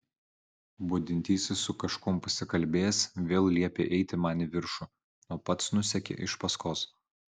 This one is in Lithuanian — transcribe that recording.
budintysis su kažkuom pasikalbėjęs vėl liepė eiti man į viršų o pats nusekė iš paskos